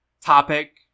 topic